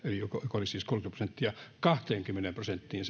siis kolmekymmentä prosenttia kahteenkymmeneen prosenttiin